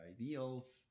ideals